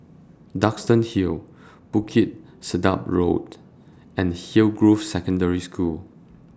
Duxton Hill Bukit Sedap Road and Hillgrove Secondary School